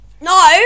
No